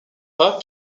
pas